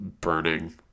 burning